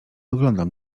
oglądam